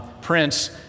Prince